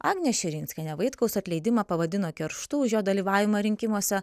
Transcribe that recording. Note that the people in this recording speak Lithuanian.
agnė širinskienė vaitkaus atleidimą pavadino kerštu už jo dalyvavimą rinkimuose